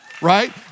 right